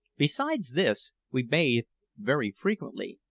besides this, we bathed very frequently,